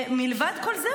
מלבד כל זה,